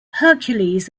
hercules